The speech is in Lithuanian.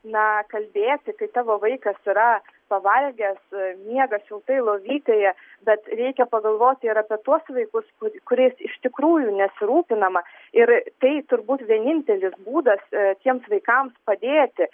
na kalbėti kai tavo vaikas yra pavalgęs miega šiltai lovytėje bet reikia pagalvoti ir apie tuos vaikus ku kuriais iš tikrųjų nesirūpinama ir tai turbūt vienintelis būdas tiems vaikams padėti